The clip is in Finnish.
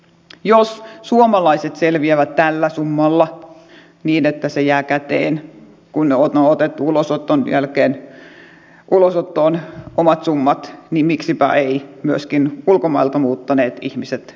jos suomalaiset selviävät tällä summalla niin että se jää käteen kun on otettu ulosottoon omat summat niin miksipä ei myöskin ulkomailta muuttaneet ihmiset